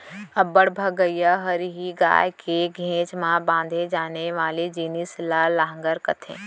अब्बड़ भगइया हरही गाय के घेंच म बांधे जाने वाले जिनिस ल लहँगर कथें